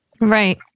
Right